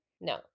No